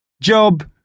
job